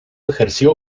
ejerció